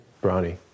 Brownie